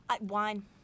Wine